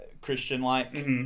Christian-like